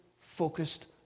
focused